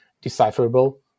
decipherable